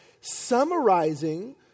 summarizing